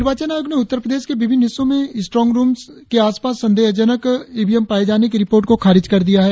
निर्वाचन आयोग ने उत्तर प्रदेश के विभिन्न हिस्सों में स्ट्रोंग रुम के आसपास संदेहजनक ईवीएम पाये जाने की रिपोर्ट को खारिज कर दिया है